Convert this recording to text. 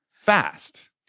fast